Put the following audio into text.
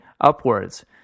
Upwards